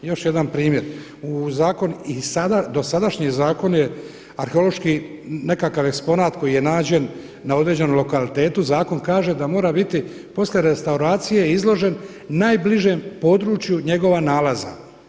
I još jedan primjer, u zakon, i dosadašnji zakon je arheološki nekakav eksponat koji je nađen na određenom lokalitetu zakon kaže da mora biti poslije restauracije izložen najbližem području njegova nalaza.